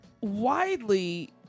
widely